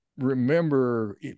remember